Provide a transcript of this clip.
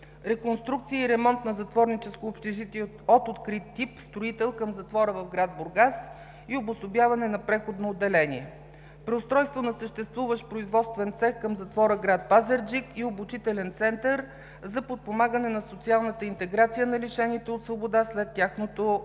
реконструкция и ремонт на Затворническото общежитие от открит тип „Строител“ към затвора в град Бургас и обособяване на преходно отделение; преустройство на съществуващ производствен цех към затвора в град Пазарджик и обучителен център за подпомагане на социалната интеграция на лишените от свобода след тяхното